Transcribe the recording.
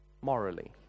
morally